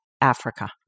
Africa